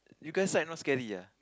you guys side not scary ah